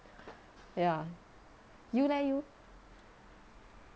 ya you leh you